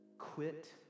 quit